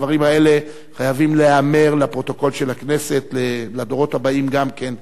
הדברים האלה חייבים להיאמר לפרוטוקול של הכנסת לדורות הבאים גם כן.